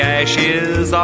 ashes